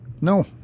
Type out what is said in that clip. No